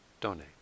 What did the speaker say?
donate